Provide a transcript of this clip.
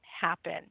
happen